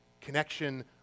connection